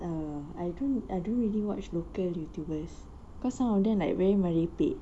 err I don't I don't really watch local youtubers cause some of them like very merepek